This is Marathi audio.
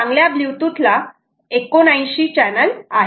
चांगल्या ब्लूटूथ ला 79 चॅनल आहेत